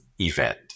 event